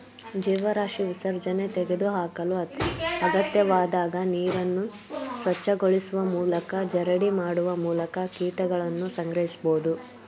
ಜೀವರಾಶಿ ವಿಸರ್ಜನೆ ತೆಗೆದುಹಾಕಲು ಅಗತ್ಯವಾದಾಗ ನೀರನ್ನು ಸ್ವಚ್ಛಗೊಳಿಸುವ ಮೂಲಕ ಜರಡಿ ಮಾಡುವ ಮೂಲಕ ಕೀಟಗಳನ್ನು ಸಂಗ್ರಹಿಸ್ಬೋದು